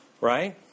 right